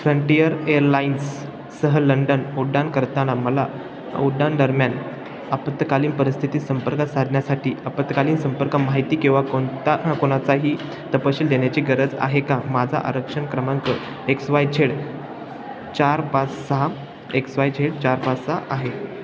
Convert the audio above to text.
frontier Airlines सह London उड्डाण करताना मला उड्डाणादरम्यान आपत्कालीन परिस्थितीत संपर्क साधण्यासाठी आपत्कालीन संपर्क माहिती किंवा कोणता कोणाचाही तपशील देण्याची गरज आहे का माझा आरक्षण क्रमांक एक्स वाय झेड चार पाच सहा एक्स वाय झेड चार पाच सहा आहे